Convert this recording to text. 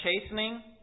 chastening